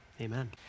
Amen